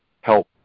help